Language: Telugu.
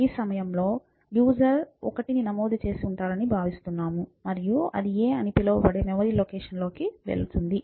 ఈ సమయంలో యూసర్ 1ని నమోదు చేసి ఉంటారని భావిస్తున్నాము మరియు అది a అని పిలువబడే మెమరీ లొకేషన్లోకి వెళుతుంది